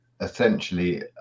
essentially